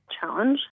challenge